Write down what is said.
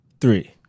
three